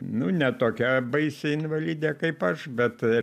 nu ne tokia baisi invalidė kaip aš bet